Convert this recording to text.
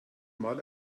mal